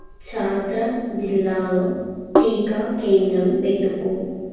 ఛాత్రా జిల్లాలో టీకా కేంద్రం వెతుకు